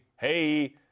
hey